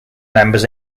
members